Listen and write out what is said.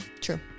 True